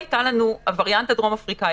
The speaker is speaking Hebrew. הווריאנט הדרום אפריקאי,